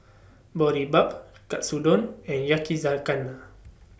Boribap Katsudon and Yakizakana